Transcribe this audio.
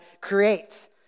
creates